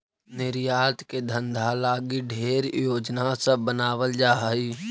निर्यात के धंधा लागी ढेर योजना सब बनाबल जा हई